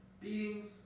beatings